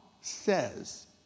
says